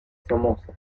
somoza